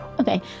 Okay